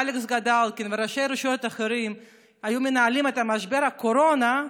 אלכס גדלקין וראשי רשויות אחרים היו מנהלים את משבר הקורונה,